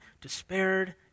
despaired